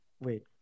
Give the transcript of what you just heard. wait